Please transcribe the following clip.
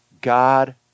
God